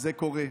זה קורה?